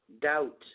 doubt